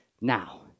now